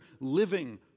living